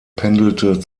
pendelte